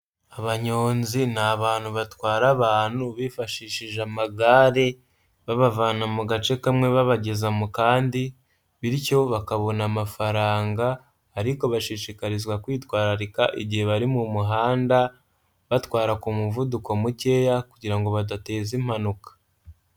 Abanyonzi ni abantu batwara abantu bifashishije amagare, babavana mu gace kamwe babageza mu kandi bityo bakabona amafaranga ariko bashishikarizwa kwitwararika igihe bari mu muhanda, batwara ku muvuduko mukeya kugira ngo badateza impanuka.